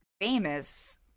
famous